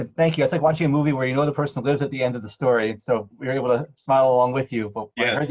and thank you. that's like watching a movie where you know the personal lives at the end of the story. and so we were able to smile along with you. but yeah.